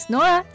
Nora